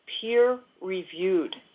peer-reviewed